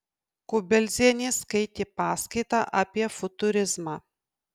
kubeldzienė skaitė paskaitą apie futurizmą